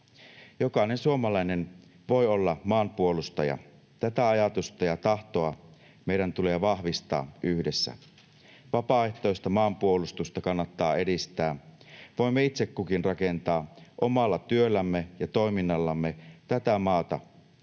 Jokainen suomalainen voi olla maanpuolustaja. Tätä ajatusta ja tahtoa meidän tulee vahvistaa yhdessä. Vapaaehtoista maanpuolustusta kannattaa edistää. Voimme itse kukin rakentaa omalla työllämme ja toiminnallamme tätä maata, joka